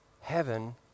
heaven